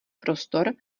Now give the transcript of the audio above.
prostor